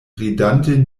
ridante